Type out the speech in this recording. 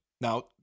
Now